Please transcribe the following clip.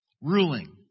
ruling